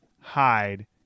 hide